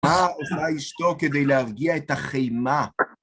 מה עושה אשתו כדי להרגיע את החיימה?